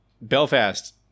belfast